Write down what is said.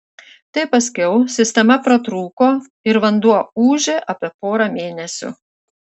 tai paskiau sistema pratrūko ir vanduo ūžė apie porą mėnesių